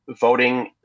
voting